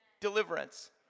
deliverance